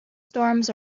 storms